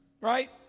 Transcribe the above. Right